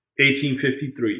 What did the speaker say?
1853